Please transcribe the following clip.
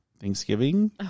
thanksgiving